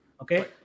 Okay